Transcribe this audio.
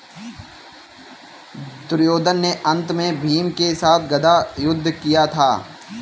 दुर्योधन ने अन्त में भीम के साथ गदा युद्ध किया था